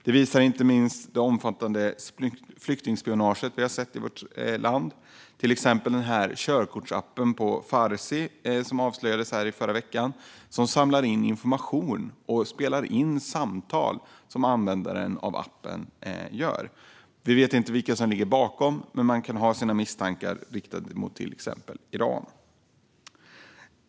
Det visar inte minst det omfattande flyktingspionage som vi har sett i vårt land, till exempel den körkortsapp på farsi som avslöjades i förra veckan och som samlar in information och spelar in samtal som användaren av appen gör. Vi vet inte vilka som ligger bakom, men man kan ha sina misstankar riktade mot till exempel Iran.